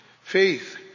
faith